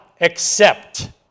accept